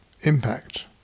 impact